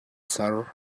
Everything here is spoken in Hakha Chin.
ser